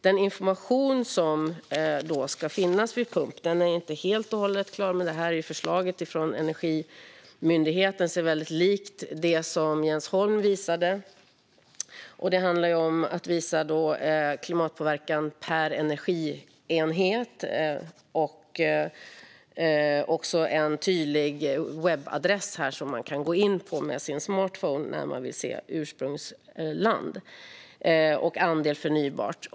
Den information som ska finnas vid pump är inte helt och hållet klar, men det förslag från Energimyndigheten som jag nu håller i är väldigt likt det som Jens Holm visade. Det handlar om att visa klimatpåverkan per energienhet. Det finns också en tydlig webbadress som man kan gå in på med sin smartphone om man vill se ursprungsland. Där står också andelen förnybart.